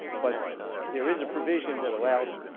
but there is a provision that allows